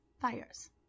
fires